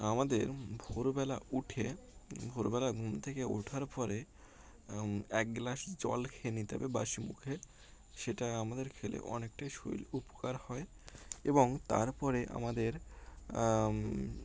আমাদের ভোরবেলা উঠে ভোরবেলা ঘুম থেকে ওঠার পরে এক গ্লাস জল খেয়ে নিতে হবে বাসি মুখে সেটা আমাদের খেলে অনেকটাই শরীর উপকার হয় এবং তারপরে আমাদের